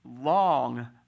long